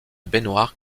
baignoire